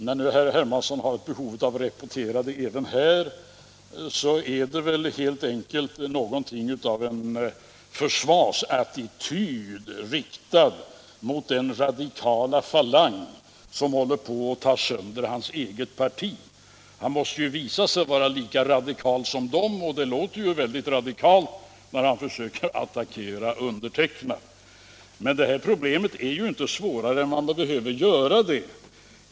När herr Her mansson nu har ett behov av att repetera det även här är det väl helt enkelt någonting av en försvarsattityd, riktad mot den radikala falang som håller på att ta sönder hans eget parti. Han måste ju visa sig vara lika radikal som de, och det låter väldigt radikalt när han försöker attackera mig. Men det här problemet är inte svårare än vad man behöver göra det.